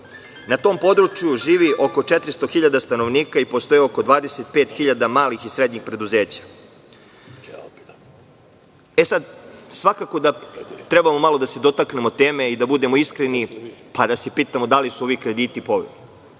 Na tom području živi oko 400.000 stanovnika i postoji oko 25.000 malih i srednjih preduzeća. Svakako da trebamo malo da se dotaknemo teme i da budemo iskreni, pa da se pitamo da li su ovi krediti povoljni.